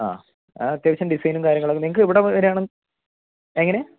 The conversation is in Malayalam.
ആ അത്യാവശ്യം ഡിസൈനും കാര്യങ്ങളൊക്കെ നിങ്ങൾക്ക് ഇവിടെ വരണം എങ്ങനെ